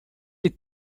les